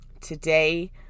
Today